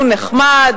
הוא נחמד,